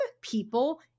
people